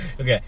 Okay